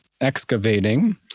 excavating